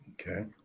Okay